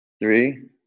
three